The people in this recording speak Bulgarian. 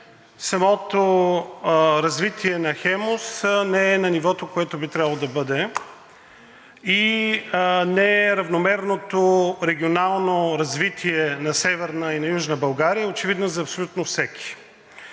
самото развитие на „Хемус“ не е на нивото, което би трябвало да бъде и не е равномерното регионално развитие на Северна и Южна България – очевидно е за абсолютно всеки.